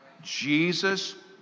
Jesus